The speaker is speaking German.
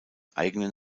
eigenen